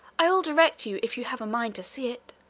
i will direct you if you have a mind to see it.